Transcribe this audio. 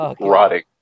Rotting